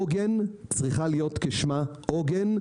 עוגן צריכה להיות כשמה עוגן,